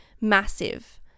massive